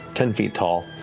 ten feet tall,